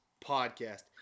podcast